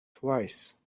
twice